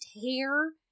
hair